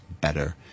better